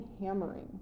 hammering